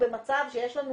במצב שיש לנו